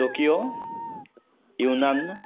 Tokyo union